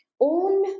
own